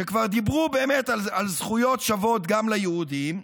כשכבר דיברו באמת על זכויות שוות גם ליהודים,